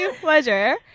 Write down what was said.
pleasure